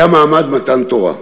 היה מעמד מתן תורה.